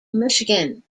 michigan